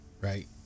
Right